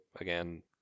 again